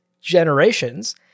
generations